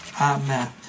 Amen